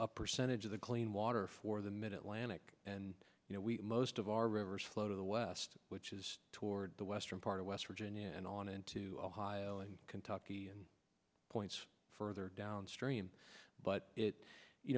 a percentage of the clean water for the mid atlantic and you know we most of our rivers flow to the west which is toward the western part of west virginia and on into ohio and kentucky and points further downstream but it you